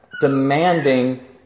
demanding